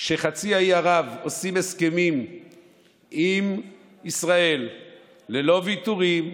כשחצי האי ערב עושים הסכמים עם ישראל ללא ויתורים,